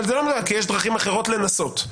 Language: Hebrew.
זה לא --- כי יש דרכים אחרות לנסות.